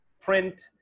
print